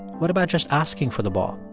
what about just asking for the ball?